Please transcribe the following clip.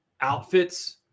outfits